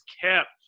kept